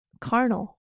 carnal